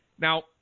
Now